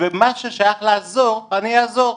ומה שאפשר לעזור אני אעזור,